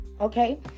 okay